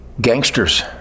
gangsters